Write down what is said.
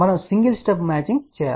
మనము single stub matching చేయాలి